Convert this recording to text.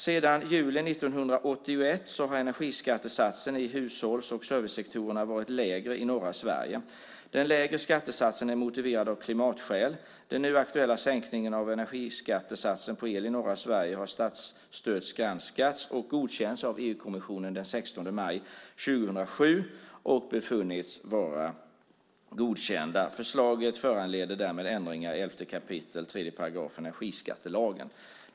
Sedan juli 1981 har energiskattesatsen i hushålls och servicesektorerna varit lägre i norra Sverige. Den lägre skattesatsen är motiverad av klimatskäl. Den nu aktuella sänkningen av energiskattesatsen på el i norra Sverige har statsstödsgranskats och godkänts av EU-kommissionen den 16 maj 2007 och befunnits vara godkänd. Förslaget föranleder därmed ändringar i 11 kap. 3 § energiskattelagen.